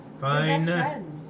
Fine